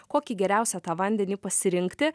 kokį geriausia tą vandenį pasirinkti